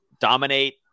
dominate